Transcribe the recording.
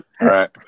Right